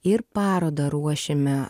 ir parodą ruošiame